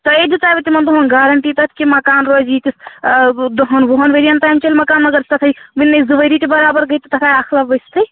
تۄہے دِژایوٕ تِمَن دۄہَن گارَنٹی تَتھ کہِ مکان روزِ ییٖتِس دۄہَن وُہَن ؤرۍیَن تام چَلہِ مَکان مگر تَتھ ہَے وُنہِ نےَ زٕ ؤری تہِ برابر گٔے تہٕ تَتھ آیہِ اَکھ لَب ؤسۍتھٕے